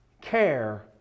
care